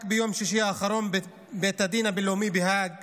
רק ביום שישי האחרון בית הדין הבין-לאומי בהאג